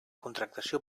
contractació